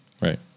Right